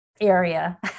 area